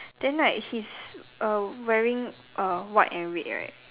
then right he's uh wearing uh white and red right